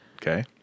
okay